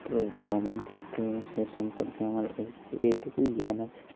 true ভ্রমণ করতে সেই সম্পর্কে আমার এই এইটুকুই জ্ঞান আছে